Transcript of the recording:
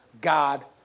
God